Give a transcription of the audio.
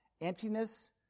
emptiness